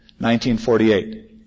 1948